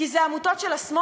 כי אלה עמותות של השמאל?